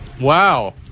Wow